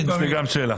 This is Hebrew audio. מספרים.